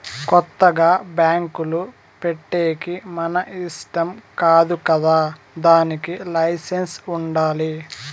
కొత్తగా బ్యాంకులు పెట్టేకి మన ఇష్టం కాదు కదా దానికి లైసెన్స్ ఉండాలి